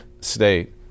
state